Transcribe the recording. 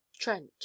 Trent